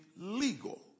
legal